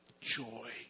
joy